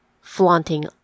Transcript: flaunting